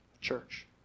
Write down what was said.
church